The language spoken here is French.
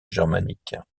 germanique